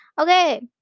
Okay